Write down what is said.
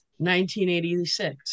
1986